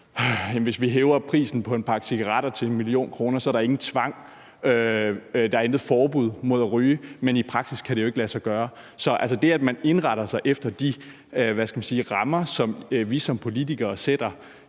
hvis vi hæver prisen på en pakke cigaretter til 1 mio. kr., er der ingen tvang, der er intet forbud mod at ryge, men i praksis kan det jo ikke lade sig gøre. Så altså, det, at man indretter sig efter de rammer, som vi som politikere sætter,